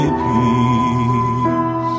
peace